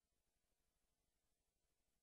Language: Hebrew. אני